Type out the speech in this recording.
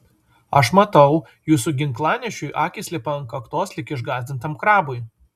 aš matau jūsų ginklanešiui akys lipa ant kaktos lyg išgąsdintam krabui